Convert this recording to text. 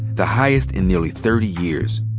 the highest in nearly thirty years.